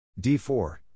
D4